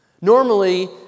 Normally